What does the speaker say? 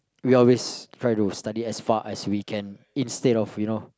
we always try to study as far as we can instead of you know